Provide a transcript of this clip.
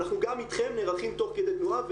אנחנו גם אתכם נערכים תוך כדי תנועה,